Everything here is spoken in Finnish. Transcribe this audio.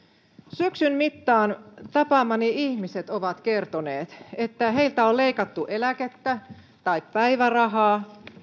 syksyn mittaan tapaamani ihmiset ovat kertoneet että heiltä on leikattu eläkettä tai päivärahaa